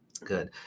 good